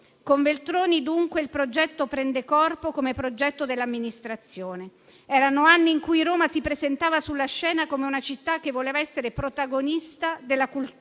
Con Veltroni, dunque, il progetto prese corpo come progetto dell'amministrazione. Erano anni in cui Roma si presentava sulla scena come una città che voleva essere protagonista della cultura